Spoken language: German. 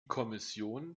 kommission